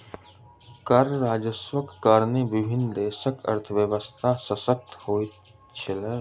कर राजस्वक कारणेँ विभिन्न देशक अर्थव्यवस्था शशक्त होइत अछि